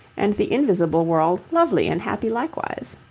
and the invisible world lovely and happy likewise.